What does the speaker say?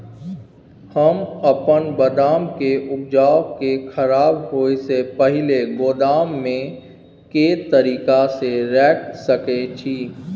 हम अपन बदाम के उपज के खराब होय से पहिल गोदाम में के तरीका से रैख सके छी?